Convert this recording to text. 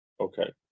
Okay